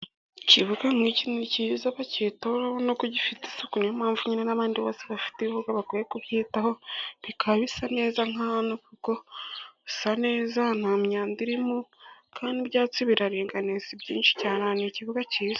Ikibuga nk' iki ni cyiza bacyitaho gifite isuku. Ni yo mpamvu nyine n'abandi bose bafite ibibuga bakwiye kubyitaho, bikaba bisa neza nka hano kuko hasa neza, nta myanda irimo, kandi n'ibyatsi biraringaniye si byinshi cyane. Ni ikibuga cyiza.